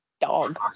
dog